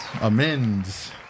Amends